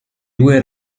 due